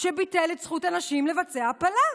ביטל את זכות הנשים לבצע הפלה.